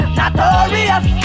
notorious